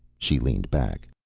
she leaned back.